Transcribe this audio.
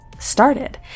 Started